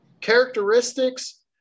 Characteristics